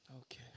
Okay